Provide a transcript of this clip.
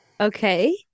Okay